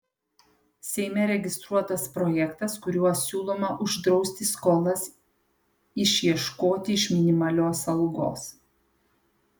seime registruotas projektas kuriuo siūloma uždrausti skolas išieškoti iš minimalios algos